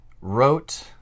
wrote